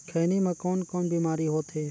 खैनी म कौन कौन बीमारी होथे?